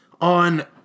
on